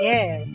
Yes